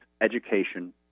education